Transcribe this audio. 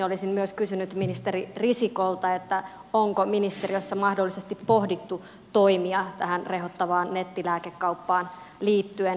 olisin myös kysynyt ministeri risikolta onko ministeriössä mahdollisesti pohdittu toimia tähän rehottavaan nettilääkekauppaan liittyen